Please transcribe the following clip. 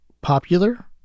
popular